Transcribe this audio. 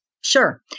Sure